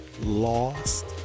lost